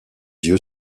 yeux